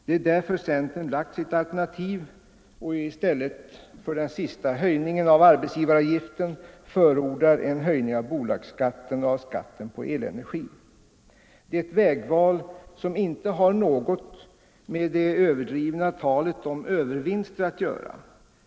Det är därför centern har lagt sitt alternativ och i stället för den senaste höjningen av arbetsgivaravgiften förordar en höjning av bolagsskatten och av skatten på elenergi. Det är ett vägval som inte har något med det överdrivna talet om övervinster att göra.